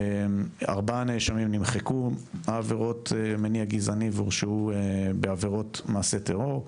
4 נאשמים נמחקו העבירות ממניע גזעני והורשעו בעבירות מעשה טרור,